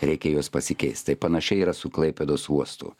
reikia juos pasikeist tai panašiai yra su klaipėdos uostu